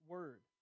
Word